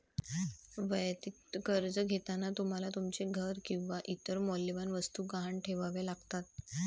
वैयक्तिक कर्ज घेताना तुम्हाला तुमचे घर किंवा इतर मौल्यवान वस्तू गहाण ठेवाव्या लागतात